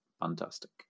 fantastic